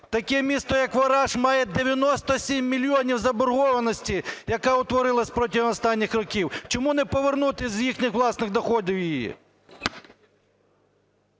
Таке місто як Вараш має 97 мільйонів заборгованості, яка утворилась протягом останніх років. Чому не повернути з їхніх власних доходів її?